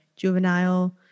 juvenile